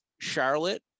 charlotte